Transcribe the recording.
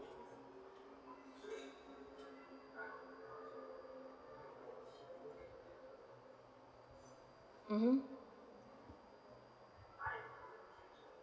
mmhmm